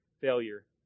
failure